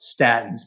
statins